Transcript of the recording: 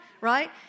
Right